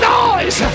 noise